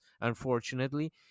unfortunately